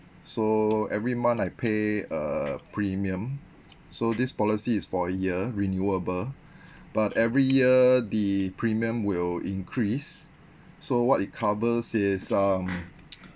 so every month I pay a premium so this policy is for a year renewable but every year the premium will increase so what it covers is um